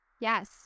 Yes